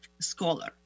scholar